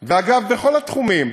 ואגב, בכל התחומים.